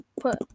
put